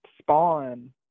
spawn